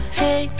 hey